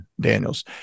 Daniels